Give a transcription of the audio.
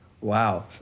Wow